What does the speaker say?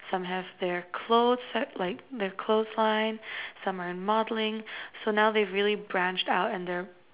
some have their clothes like their clothes line some are in modelling so now they really branched out and their